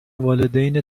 والدین